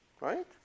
Right